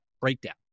breakdown